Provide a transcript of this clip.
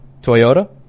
Toyota